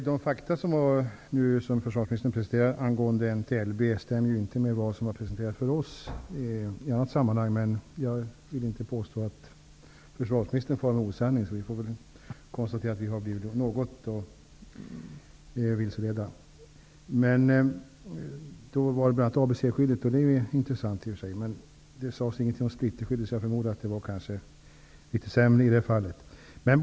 Herr talman! De fakta som försvarsministern presenterade angående MT-LB stämmer inte med vad som har presenterats för oss i annat sammanhang. Jag vill inte påstå att försvarsministern far med osanning. Vi får väl konstatera att vi har blivit något vilseledda. Det här med ABC-skydd var i och för sig intressant, men det sades ingenting om splitterskydd. Jag förmodar att det är litet sämre med det.